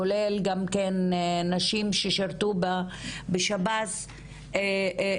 כולל גם כן נשים ששירתו בשירות בתי הסוהר,